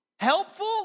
Helpful